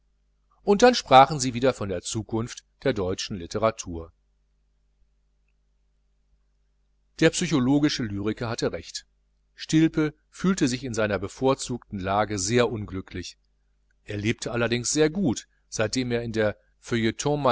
lyriker dann sprachen sie wieder von der zukunft der deutschen litteratur der psychologische lyriker hatte recht stilpe fühlte sich in seiner bevorzugten lage sehr unglücklich er lebte allerdings sehr gut seitdem er in der